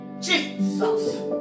Jesus